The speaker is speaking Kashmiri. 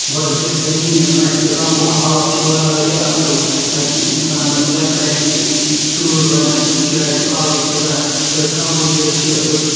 بَڈٕ بہتَریٖن اَتہِ آب و ہَوا چھُ واریاہ اَصل اَتہِ چھُ اِنسانَس ریٚتکالہِ تہِ تۭر لَگان یُتھ چھُ اتیُک آبٕ فِضا أتھ اَپوزِٹ چھُ أتھۍ